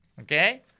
Okay